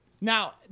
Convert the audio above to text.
Now